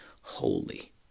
Holy